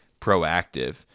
proactive